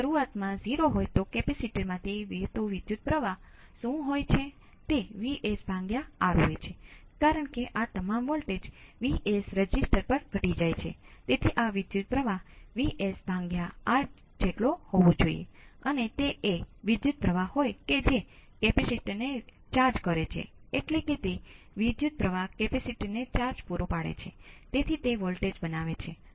આ કિસ્સામાં સ્ટેપ લાગુ કર્યા પછી કેપેસિટર વોલ્ટેજનું મૂલ્ય શું છે તે 2 છે કારણ કે ત્યાં વોલ્ટેજ સ્રોતો અને કેપેસિટરની કોઈ લૂપ નથી અથવા જો હું અવરોધને દૂર કરું તો આખી વસ્તુ ઓપન સર્કિટ વોલ્ટેજ ની વાત કરી રહ્યા છીએ